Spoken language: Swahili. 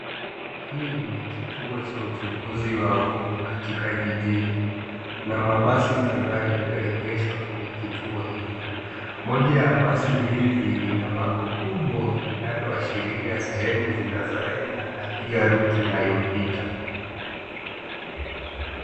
Hii ni kituo cha uchukuzi wa uma katika jijini. Kuna mabasi kadhaa yaliyoegeshwa kwenye kituo hilo. Moja ya basi hizi lina bango kubwa, linaloashiria sehemu zinazoenda na pia ruti inayopita.